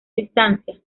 distancia